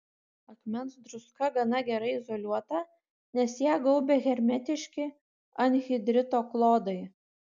akmens druska gana gerai izoliuota nes ją gaubia hermetiški anhidrito klodai